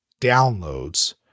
downloads